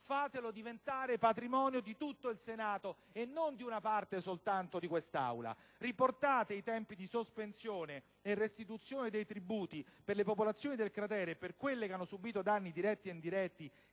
fatelo diventare patrimonio di tutto il Senato, e non di una parte soltanto di quest'Aula. Riportate i tempi di sospensione e restituzione dei tributi per le popolazioni del cratere sismico e per quelle che hanno subito danni diretti o indiretti